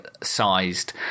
sized